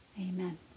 Amen